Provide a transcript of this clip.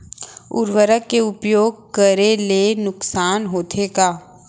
उर्वरक के उपयोग करे ले नुकसान होथे का?